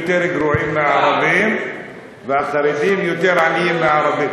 גרועים מהערבים והחרדים יותר עניים מהערבים.